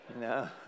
no